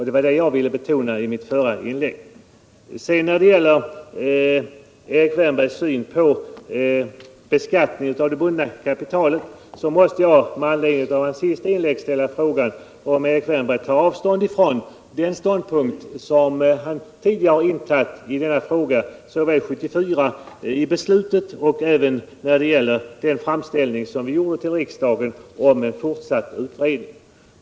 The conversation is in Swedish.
Det var detta jag ville betona med mitt förra inlägg. Med anledning av vad Erik Wärnberg i sitt senaste inlägg sade om beskattningen av det bundna kapitalet måste jag ställa frågan, om Erik Wärnberg tar avstånd från den ståndpunkt han tidigare intagit i denna fråga såväl vid beslutet 1974 som vid den framställning vi gjorde till riksdagen om en fortsatt utredning.